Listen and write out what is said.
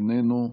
איננו,